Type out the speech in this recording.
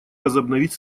возобновить